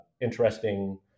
interesting